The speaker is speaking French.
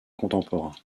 contemporains